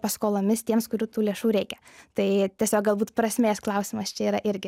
paskolomis tiems kurių tų lėšų reikia tai tiesiog galbūt prasmės klausimas čia yra irgi